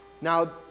Now